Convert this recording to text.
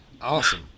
Awesome